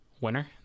Winner